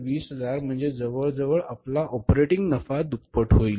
20000 म्हणजे जवळजवळ आपला ऑपरेटिंग नफा दुप्पट होईल